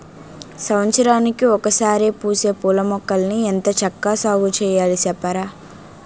సంవత్సరానికి ఒకసారే పూసే పూలమొక్కల్ని ఎంత చక్కా సాగుచెయ్యాలి సెప్పరా?